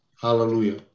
hallelujah